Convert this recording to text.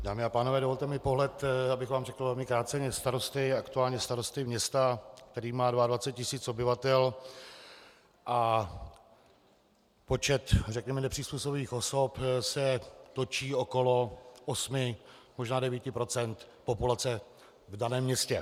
Dámy a pánové, dovolte mi pohled, abych vám řekl velmi krátce, starosty, aktuálně starosty města, které má 22 tisíc obyvatel, a počet, řekněme, nepřizpůsobivých osob se točí okolo 8 až 9 % populace v daném městě.